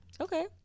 Okay